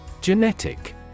Genetic